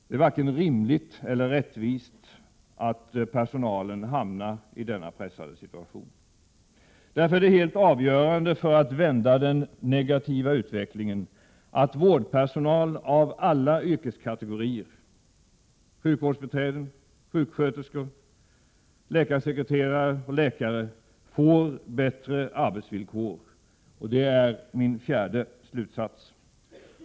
Det är varken rimligt eller rättvist att personalen skall hamna i denna pressade situation. Därför är det helt avgörande för att vända den negativa utvecklingen, att vårdpersonal av alla yrkeskategorier — sjukvårdsbiträden, sjuksköterskor och läkare — får bättre arbetsvillkor. Det är min fjärde slutsats.